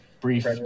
brief